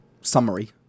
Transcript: summary